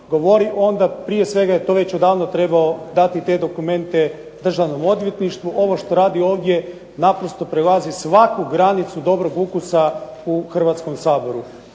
govori onda prije svega je to već odavno trebao dati te dokumente državnom odvjetništvu. Ovo što radi ovdje naprosto prelazi svaku granicu dobrog ukusa u Hrvatskom saboru.